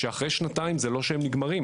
אחרי שנתיים זה לא שהם נגמרים,